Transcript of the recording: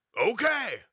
Okay